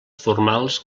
formals